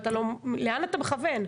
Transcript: לאן אתה מכוון?